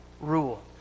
rule